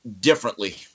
differently